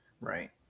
Right